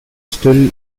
still